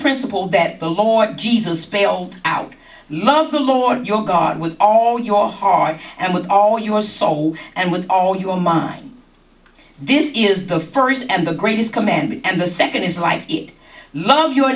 principle that the lord jesus bailed out love the lord your god with all your heart and with all your soul and with all your mind this is the first and the greatest commandment and the second is like it love your